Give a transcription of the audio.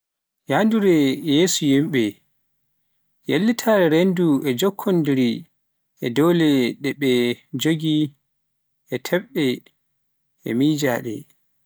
yahrude yeeso yimbe, yellitaare renndo ina jokkondiri e doole ɗe ɓe njogii e tafde e miijaade